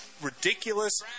ridiculous